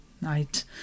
night